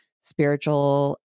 spiritual